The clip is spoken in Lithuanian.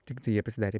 tiktai jie pasidarė